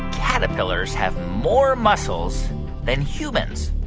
caterpillars have more muscles than humans?